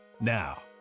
now